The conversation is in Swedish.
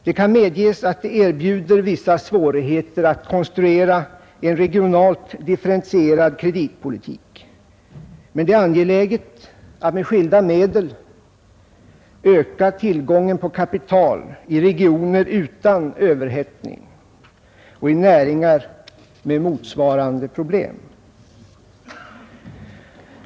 Det kan medges att det erbjuder vissa svårigheter att konstruera en regionalt differentierad kreditpolitik, men det är angeläget att med skilda medel öka tillgången på kapital i regioner utan överhettning och i näringar med motsvarande problem.